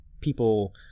people